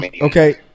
Okay